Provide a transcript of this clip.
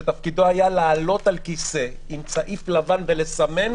שתפקידו היה לעלות על כיסא עם צעיף לבן ולסמן,